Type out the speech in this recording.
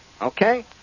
okay